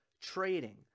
trading